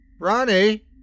Ronnie